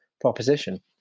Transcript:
proposition